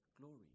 glory